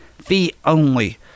fee-only